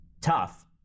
tough